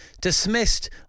dismissed